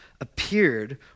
appeared